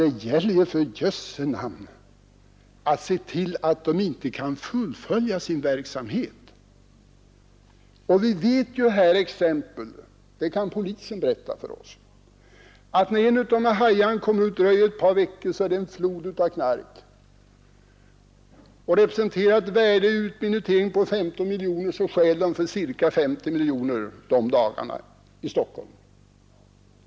Det gäller att se till att de inte kan fullfölja sin verksamhet. Det finns exempel på — det kan polisen berätta för oss — att när en av dessa hajar kommer ut så dröjer det ett par veckor innan floden av knark är i gång. Om knarken representerar ett värde i utminutering av 15 miljoner kronor, så stjäl de för ca 50 miljoner dessa dagar i Stockholm.